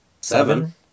seven